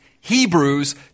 Hebrews